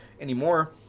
anymore